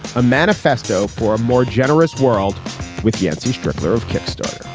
a manifesto for a more generous world with yancey strickler of kickstarter